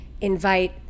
invite